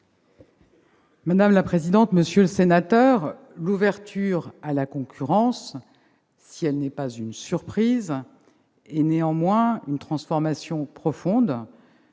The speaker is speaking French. Mme la ministre. Monsieur le sénateur, l'ouverture à la concurrence, si elle n'est pas une surprise, est néanmoins une transformation profonde